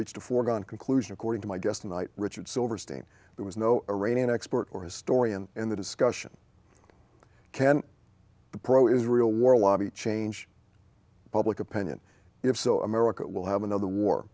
reached a foregone conclusion according to my guest tonight richard silverstein there was no iranian expert or historian in the discussion can the pro israel war lobby change public opinion if so america will have another war